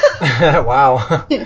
Wow